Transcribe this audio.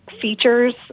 features